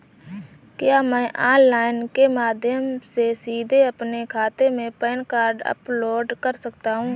क्या मैं ऑनलाइन के माध्यम से सीधे अपने खाते में पैन कार्ड अपलोड कर सकता हूँ?